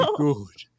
good